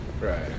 Right